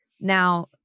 Now